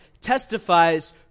testifies